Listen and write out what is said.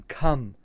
come